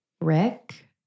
Rick